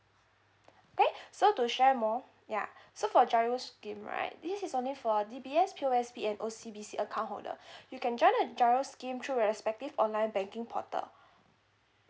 okay so to share more ya so for giro scheme right this is only for D_B_S P_O_S_B and O_C_B_C account holder you can join a giro scheme through your respective online banking portal